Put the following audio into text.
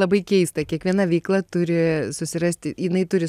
labai keista kiekviena veikla turi susirasti jinai turi